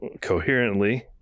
coherently